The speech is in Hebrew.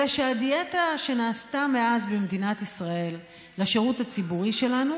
אלא שהדיאטה שנעשתה מאז במדינת ישראל לשירות הציבורי שלנו